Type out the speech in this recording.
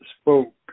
spoke